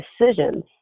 decisions